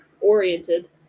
oriented